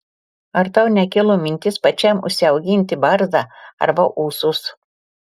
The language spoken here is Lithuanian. ar tau nekilo mintis pačiam užsiauginti barzdą arba ūsus